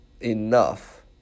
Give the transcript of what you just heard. enough